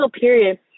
period